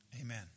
Amen